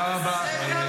זה גם יקרה.